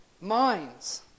minds